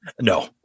No